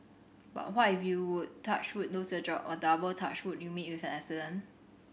but what if you touch wood lose your job or double touch wood you meet with an accident